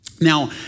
Now